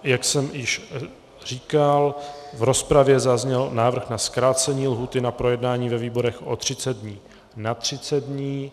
Jak jsem již říkal, v rozpravě zazněl návrh na zkrácení lhůty na projednání ve výborech o třicet dnů na třicet dní.